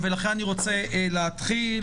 לכן אני רוצה להתחיל.